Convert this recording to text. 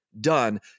done